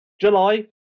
July